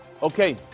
Okay